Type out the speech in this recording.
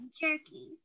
jerky